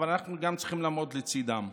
אבל אנחנו גם צריכים לעמוד לצידם.